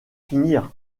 finir